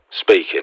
Speaking